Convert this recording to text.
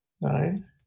nine